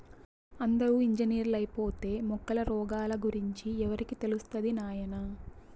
అందరూ ఇంజనీర్లైపోతే మొక్కల రోగాల గురించి ఎవరికి తెలుస్తది నాయనా